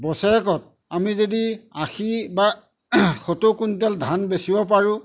বছৰেকত আমি যদি আশী বা সত্তৰ কুইণ্টল ধান বেচিব পাৰোঁ